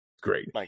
great